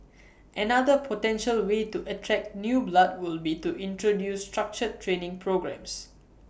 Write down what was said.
another potential way to attract new blood would be to introduce structured training programmes